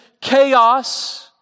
chaos